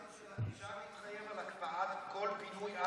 רק אם אפשר להתחייב על הקפאת כל פינוי עד,